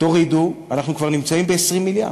תורידו, אנחנו כבר נמצאים ב-20 מיליארד.